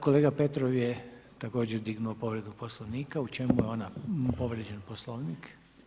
Kolega Petrov je također dignuo povredu poslovnika u čemu je ona, povrijeđen poslovnik.